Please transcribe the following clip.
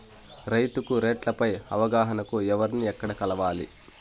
రైతుకు రేట్లు పై అవగాహనకు ఎవర్ని ఎక్కడ కలవాలి?